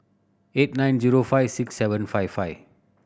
eight nine zero five six seven five five